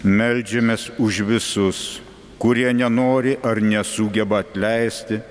meldžiamės už visus kurie nenori ar nesugeba atleisti